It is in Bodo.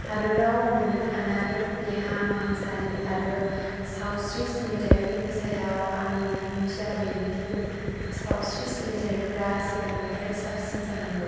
हादराव मोननो हानाय देहा फाहामसालि आरो सावस्रि सिबिथायफोरनि सायाव आंनि बिबुंथिया बेनोदि सावस्रि सिबिथायफोरा सिगांनिफ्राय साबसिन जानांगौ